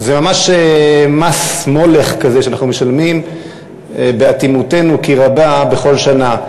זה ממש מס מולך כזה שאנחנו משלמים באטימותנו כי רבה בכל שנה.